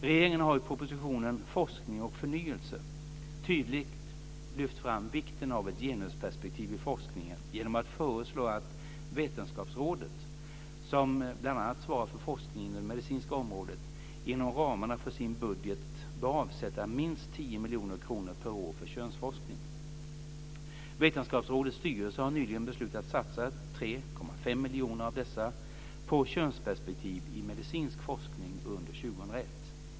Regeringen har i propositionen Forskning och förnyelse tydligt lyft fram vikten av ett genusperspektiv i forskningen genom att föreslå att Vetenskapsrådet, som bl.a. svarar för forskning inom det medicinska området, inom ramarna för sin budget bör avsätta minst 10 miljoner kronor per år för könsforskning. Vetenskapsrådets styrelse har nyligen beslutat satsa 3,5 miljoner av dessa på könsperspektiv i medicinsk forskning under 2001.